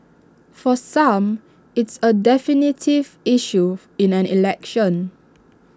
for some it's A definitive issue in an election